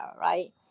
right